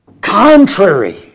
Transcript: contrary